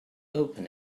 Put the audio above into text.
open